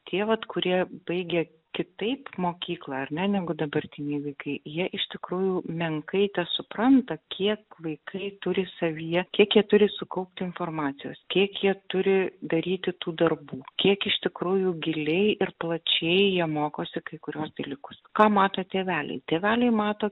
tie vat kurie baigė kitaip mokyklą ar ne negu dabartiniai vaikai jie iš tikrųjų menkai tesupranta kiek vaikai turi savyje kiek jie turi sukaupti informacijos kiek jie turi daryti tų darbų kiek iš tikrųjų giliai ir plačiai jie mokosi kai kuriuos dalykus ką mato tėveliai tėveliai mato